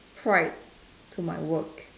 pride to my work